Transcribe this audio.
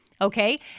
Okay